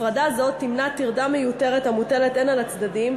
הפרדה זו תמנע טרדה מיותרת המוטלת הן על הצדדים,